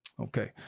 Okay